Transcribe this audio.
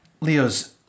Leo's